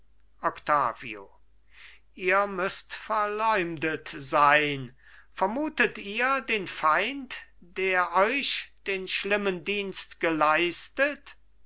octavio ihr müßt verleumdet sein vermutet ihr den feind der euch den schlimmen dienst geleistet